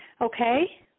okay